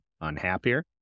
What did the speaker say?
unhappier